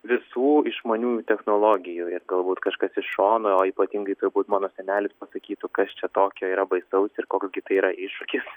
visų išmaniųjų technologijų ir galbūt kažkas iš šono o ypatingai turbūt mano senelis pasakytų kas čia tokio yra baisaus ir koks gi tai yra iššūkis